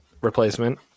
replacement